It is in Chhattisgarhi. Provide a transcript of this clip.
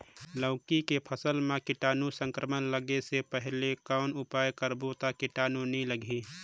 लौकी के फसल मां कीटाणु संक्रमण लगे से पहले कौन उपाय करबो ता कीटाणु नी लगही?